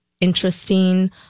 interesting